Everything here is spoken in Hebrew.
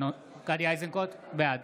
בעד